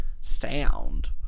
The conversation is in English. sound